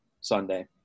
Sunday